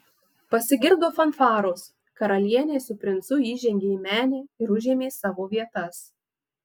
pasigirdo fanfaros karalienė su princu įžengė į menę ir užėmė savo vietas